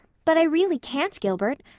but i really can't, gilbert.